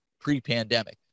pre-pandemic